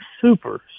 super